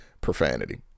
profanity